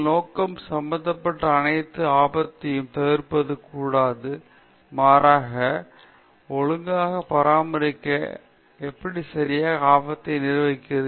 எங்கள் நோக்கம் சம்பந்தப்பட்ட அனைத்து ஆபத்தையும் தவிர்ப்பது கூடாது மாறாக ஒழுங்காக பராமரிக்க எப்படி சரியாக ஆபத்தை நிர்வகிக்க எப்படி